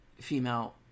female